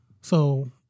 So-